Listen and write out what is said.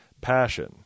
passion